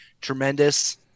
tremendous